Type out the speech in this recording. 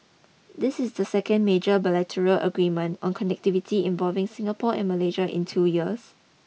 this is the second major bilateral agreement on connectivity involving Singapore and Malaysia in two years